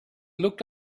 looked